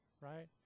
right